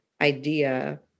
idea